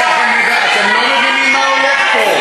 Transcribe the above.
אתם לא מבינים מה הולך פה.